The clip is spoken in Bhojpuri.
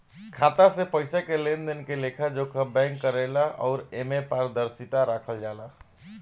खाता से पइसा के लेनदेन के लेखा जोखा बैंक करेले अउर एमे पारदर्शिता राखल जाला